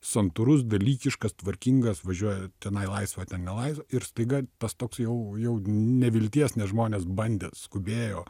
santūrus dalykiškas tvarkingas važiuoja tenai laisva ten nelaisva ir staiga tas toks jau jau nevilties nes žmonės bandė skubėjo